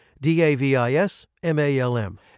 D-A-V-I-S-M-A-L-M